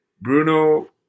Bruno